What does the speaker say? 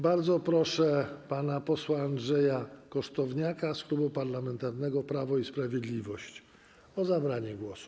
Bardzo proszę pana posła Andrzeja Kosztowniaka z Klubu Parlamentarnego Prawo i Sprawiedliwość o zabranie głosu.